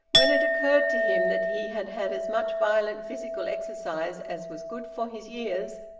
when it occurred to him that he had had as much violent physical exercise as was good for his years,